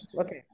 Okay